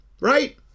right